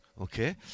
Okay